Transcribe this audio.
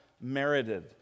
merited